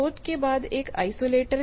स्रोत के बाद एक आइसोलेटर है